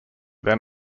then